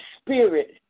spirit